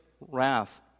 wrath